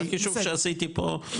בחישוב שעשיתי פה,